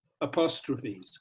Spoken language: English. apostrophes